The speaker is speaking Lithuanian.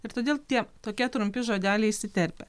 ir todėl tie tokie trumpi žodeliai įsiterpia